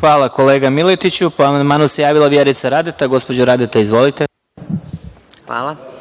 Hvala, kolega Miletiću. Po amandmanu se javila Vjerica Radeta. Gospođo Radeta, izvolite. **Vjerica Radeta**